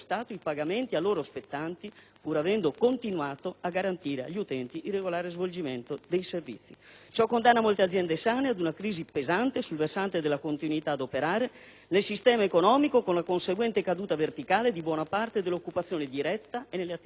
pur avendo continuato a garantire agli utenti il regolare svolgimento dei servizi. Ciò condanna molte aziende sane ad una crisi pesante sul versante della continuità ad operare nel sistema economico, con la conseguente caduta verticale di buona parte dell'occupazione diretta e nelle attività dell'indotto. Questa